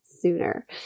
sooner